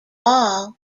all